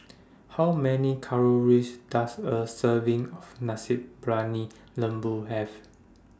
How Many Calories Does A Serving of Nasi Briyani Lembu Have